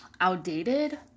outdated